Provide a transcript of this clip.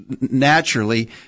naturally